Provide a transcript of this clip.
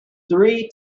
three